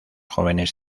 jóvenes